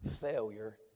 Failure